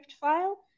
file